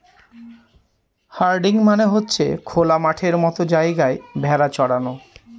herding মানে হচ্ছে খোলা মাঠের মতো জায়গায় ভেড়া চরানো